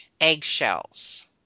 Eggshells